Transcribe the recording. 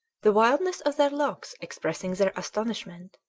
the wildness of their looks expressing their astonishment.